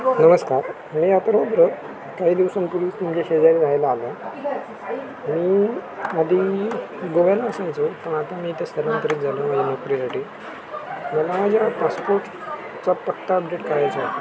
नमस्कार अतर्व परब काही दिवसांपूर्वी शेजारी राहायला आलो आहे मी आधी गोव्याला असायचो पण आता मी इथे स्थलांतरित झालो माझ्या नोकरीसाठी मला माझ्या पासपोर्टचा पत्ता अपडेट करायचा आहे